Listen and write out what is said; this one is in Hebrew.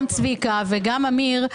גם צביקה וגם אמיר,